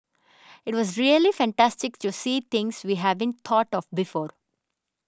it was really fantastic to see things we haven't thought of before